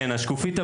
יש תופעה כזאת?